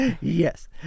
Yes